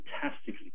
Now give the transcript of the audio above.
fantastically